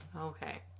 Okay